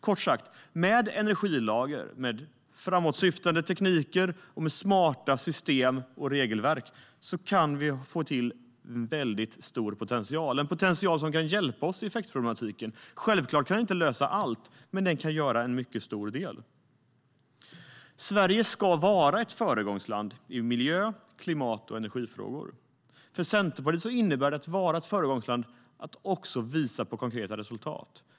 Kort sagt: Med energilager, med framåtsyftande tekniker och med smarta system och regelverk kan vi få till en väldigt stor potential - en potential som kan hjälpa oss med effektproblematiken. Självklart kan den inte lösa allt, men den kan göra en mycket stor del. Sverige ska vara ett föregångsland i miljö, klimat och energifrågor. För Centerpartiet innebär att vara ett föregångsland att man också visar på konkreta resultat.